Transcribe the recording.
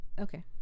Okay